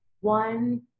one